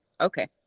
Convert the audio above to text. Okay